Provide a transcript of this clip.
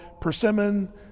persimmon